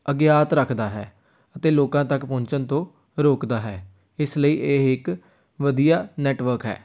ਅਗਿਆਤ ਰੱਖਦਾ ਹੈ ਅਤੇ ਲੋਕਾਂ ਤੱਕ ਪਹੁੰਚਣ ਤੋਂ ਰੋਕਦਾ ਹੈ ਇਸ ਲਈ ਇਹ ਇੱਕ ਵਧੀਆ ਨੈਟਵਰਕ ਹੈ